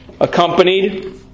accompanied